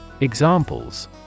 Examples